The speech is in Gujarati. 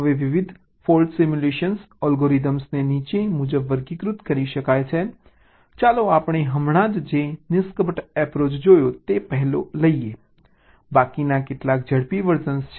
હવે વિવિધ ફોલ્ટ સિમ્યુલેશન એલ્ગોરિધમ્સને નીચે મુજબ વર્ગીકૃત કરી શકાય છે ચાલો આપણે હમણાં જ જે નિષ્કપટ એપ્રોચ જોયો તે પહેલો એક છે બાકીના કેટલાક ઝડપી વર્ઝન્સ છે